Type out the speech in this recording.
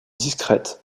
discrètes